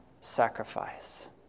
sacrifice